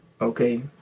Okay